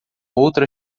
outra